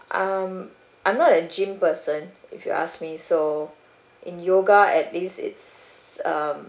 I'm I'm not a gym person if you ask me so in yoga at least it's um